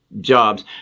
Jobs